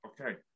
Okay